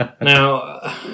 Now